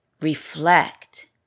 Reflect